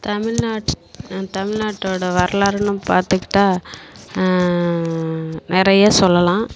தமிழ்நாட்டு நம்ம தமிழ்நாட்டோட வரலாறுன்னு பார்த்துக்கிட்டா நிறைய சொல்லலாம்